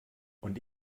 und